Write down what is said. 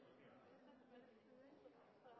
president.